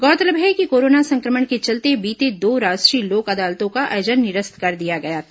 गौरतलब है कि कोरोना संक्रमण के चलते बीते दो राष्ट्रीय लोक अदालतों का आयोजन निरस्त कर दिया गया था